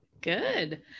Good